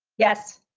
yes.